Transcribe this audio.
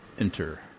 enter